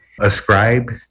ascribe